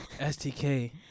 stk